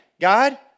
God